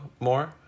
more